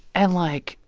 and like,